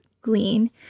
glean